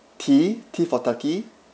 T T for turkey